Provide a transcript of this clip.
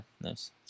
Nice